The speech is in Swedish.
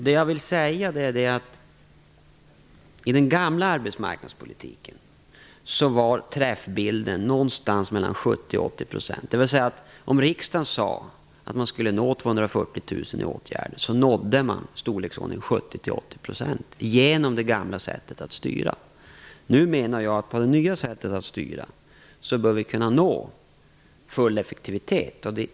Det jag vill säga är att i den gamla arbetsmarknadspolitiken var träffbilden någonstans mellan 70 % 240 000 människor i åtgärder, nådde man storleksordningen 70-80 % genom det gamla sättet att styra. Nu menar jag att vi med det nya sättet att styra bör kunna nå full effektivitet.